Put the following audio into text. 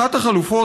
אחת החלופות,